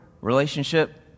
relationship